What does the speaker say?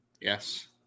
Yes